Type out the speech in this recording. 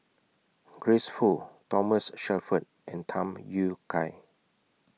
Grace Fu Thomas Shelford and Tham Yui Kai